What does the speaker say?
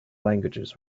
languages